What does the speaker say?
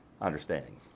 understanding